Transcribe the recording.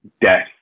death